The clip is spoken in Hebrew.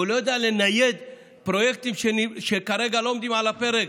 הוא לא יודע לנייד תקציבים מפרויקטים שכרגע לא עומדים על הפרק?